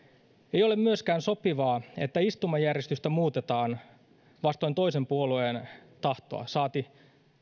ei ole myöskään sopivaa että istumajärjestystä muutetaan vastoin toisen puolueen tahtoa saati